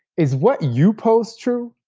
is what you post true?